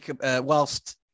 whilst